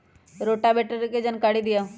Rotavator के जानकारी दिआउ?